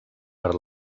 per